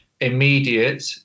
immediate